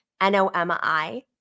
N-O-M-I